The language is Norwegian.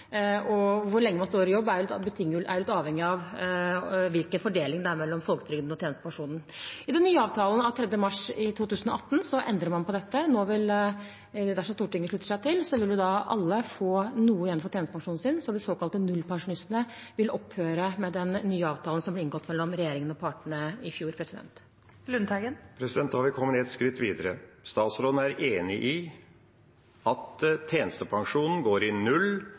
av hvor lenge man står i jobb, hvilken fordeling det er mellom folketrygden og tjenestepensjonen. I den nye avtalen av 3. mars 2018 endrer man på dette. Nå vil, dersom Stortinget slutter seg til, alle få noe igjen for tjenestepensjonen sin, så de såkalte nullpensjonistene vil opphøre med den nye avtalen som ble inngått mellom regjeringen og partene i fjor. Da er vi kommet ett skritt videre. Statsråden er enig i at tjenestepensjonen går i null